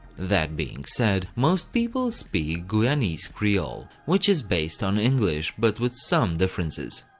that being said, most people speak guyanese-creole, which is based on english, but with some differences.